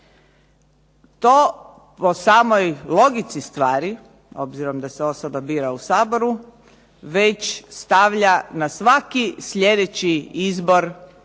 To po samoj logici stvari, obzirom da se osoba bira u Saboru, već stavlja na svaki sljedeći izbor